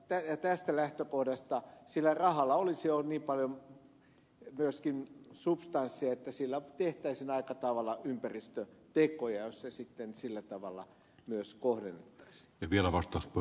tästä lähtökohdasta sillä rahalla olisi niin paljon myöskin substanssia että sillä tehtäisiin aika tavalla ympäristötekoja jos se sitten sillä tavalla myös kohdennettaisiin